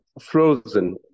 frozen